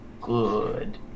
Good